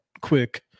quick